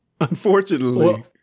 unfortunately